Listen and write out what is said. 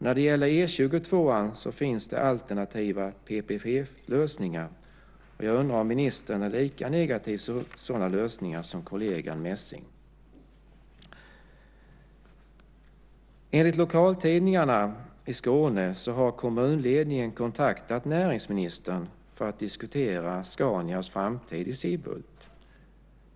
När det gäller E 22:an finns det alternativa PPP-lösningar. Jag undrar om ministern är lika negativ till sådana lösningar som kollegan Messing. Enligt lokaltidningarna i Skåne har kommunledningen kontaktat näringsministern för att diskutera Scanias framtid i Sibbhult.